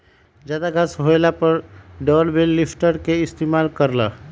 जादा घास होएला पर डबल बेल लिफ्टर के इस्तेमाल कर ल